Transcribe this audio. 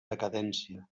decadència